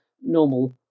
normal